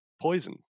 poison